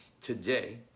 today